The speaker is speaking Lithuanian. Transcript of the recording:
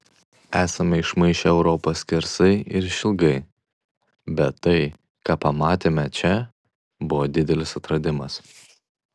esame išmaišę europą skersai ir išilgai bet tai ką pamatėme čia buvo didelis atradimas